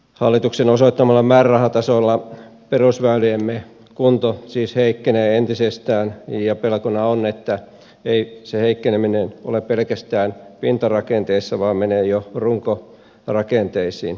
hallituksen osoittamalla määrärahatasolla perusväyliemme kunto siis heikkenee entisestään ja pelkona on että ei se heikkeneminen ole pelkästään pintarakenteessa vaan menee jo runkorakenteisiin